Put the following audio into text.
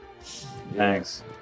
thanks